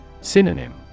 Synonym